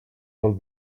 all